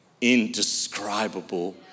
indescribable